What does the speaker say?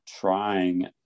trying